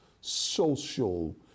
social